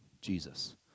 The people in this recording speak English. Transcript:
Jesus